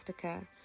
aftercare